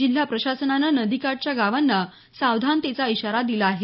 जिल्हा प्रशासनानं नदीकाठच्या गावांना सावधानतेचा इशारा दिला आहे